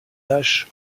nash